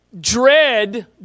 Dread